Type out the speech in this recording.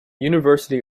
university